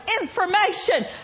information